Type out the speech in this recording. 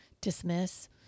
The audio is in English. dismiss